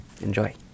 enjoy